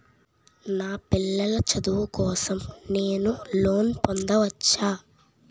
నా పిల్లల చదువు కోసం నేను లోన్ పొందవచ్చా?